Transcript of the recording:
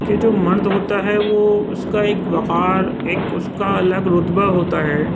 کہ جو مرد ہوتا ہے وہ اُس کا ایک وقار ایک اُس کا الگ رُتبہ ہوتا ہے